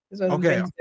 Okay